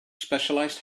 specialized